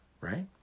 right